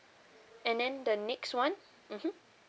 and then the next one mmhmm